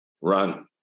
Run